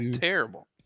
terrible